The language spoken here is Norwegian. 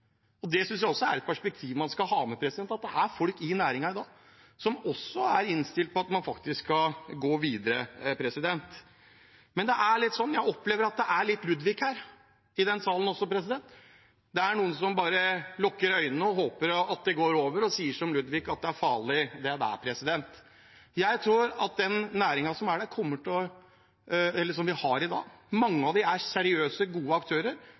Det synes jeg også er et perspektiv man skal ha med, at det er folk i næringen i dag som også er innstilt på at man faktisk skal gå videre. Jeg opplever at det også er litt Ludvig her i denne salen. Det er noen som bare lukker øynene og håper at det går over og sier som Ludvig at det er fali’, det. Den næringen som vi har i dag – mange av dem er seriøse, gode aktører – kommer til å gjøre dette på en god måte. Så vil det selvfølgelig være noen som er